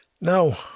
Now